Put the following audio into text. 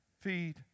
feed